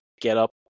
get-up